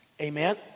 Amen